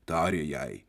tarė jai